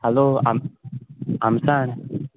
hello आम आमटाण